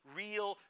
real